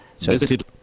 visited